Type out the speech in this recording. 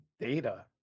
data